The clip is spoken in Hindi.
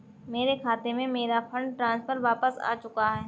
मेरे खाते में, मेरा फंड ट्रांसफर वापस आ चुका है